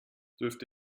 dürfte